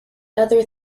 other